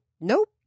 nope